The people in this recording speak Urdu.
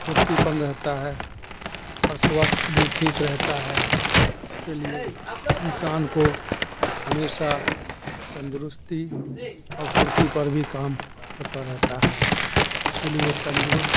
پھرتی پن رہتا ہے اور سوستھ بھی ٹھیک رہتا ہے اس کے لیے انسان کو ہمیشہ تندرستی اور پھرتی پر بھی کام ہوتا رہتا ہے اسی لیے تندرست